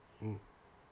mm